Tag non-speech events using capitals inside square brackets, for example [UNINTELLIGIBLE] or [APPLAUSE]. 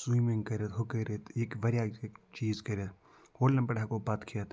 swimming کٔرِتھ ہُہ کٔرِتھ یہِ ہیٚکہِ واریاہ [UNINTELLIGIBLE] چیٖز کٔرِتھ ہوٹلَن پٮ۪ٹھ ہٮ۪کَو بَتہٕ کھٮ۪تھ